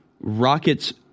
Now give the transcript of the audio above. Rockets